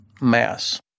mass